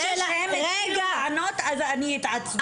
זה שהם התחילו לענות, אז אני התעצבנתי.